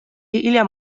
hilja